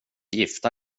gifta